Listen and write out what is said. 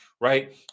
Right